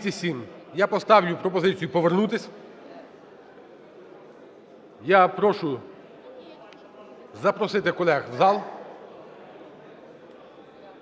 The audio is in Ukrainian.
Я поставлю пропозицію повернутись. Я прошу запросити колег в зал.